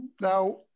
Now